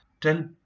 Tell